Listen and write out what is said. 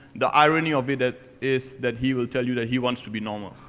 the irony of it it is that he will tell you that he wants to be normal.